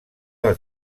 del